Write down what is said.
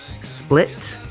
split